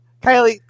Kylie